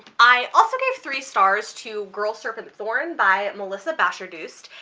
i also gave three stars to girl, serpent, thorn by melissa bashardoust,